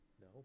No